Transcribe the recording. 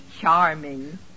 charming